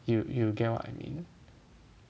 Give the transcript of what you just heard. you you get what I mean